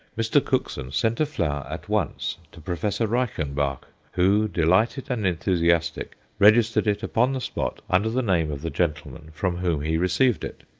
mr. cookson sent a flower at once to professor reichenbach, who, delighted and enthusiastic, registered it upon the spot under the name of the gentleman from whom he received it.